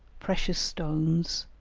precious stones,